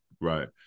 Right